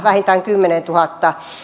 vähintään kymmenentuhatta